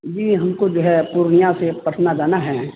جی ہم کو جو ہے پورنیہ سے پٹنہ جانا ہے